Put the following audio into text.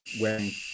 wearing